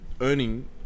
earning